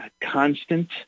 constant